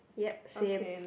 ya same